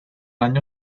año